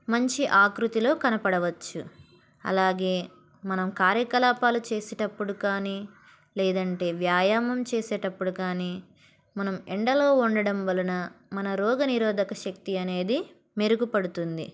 మంచి ఆకృతిలో కనపడవచ్చు అలాగే మనం కార్యకలాపాలు చేసేటప్పుడు కానీ లేదంటే వ్యాయామం చేసేటప్పుడు కానీ మనం ఎండలో ఉండడం వలన మన రోగనిరోధక శక్తి అనేది మెరుగుపడుతుంది